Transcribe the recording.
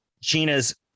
Gina's